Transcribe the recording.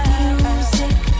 music